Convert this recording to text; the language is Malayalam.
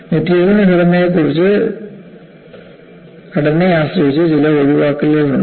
മെറ്റീരിയലിന്റെ ഘടനയെ ആശ്രയിച്ച് ചില ഒഴിവാക്കലുകൾ ഉണ്ട്